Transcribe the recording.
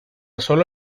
sólo